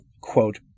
quote